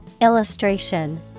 Illustration